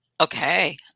Okay